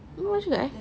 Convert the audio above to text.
murah juga eh